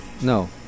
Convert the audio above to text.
No